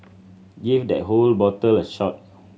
give that whole bottle a shot